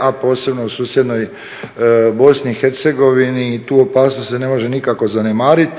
a posebno u BiH i ta opasnost se ne može nikako zanemariti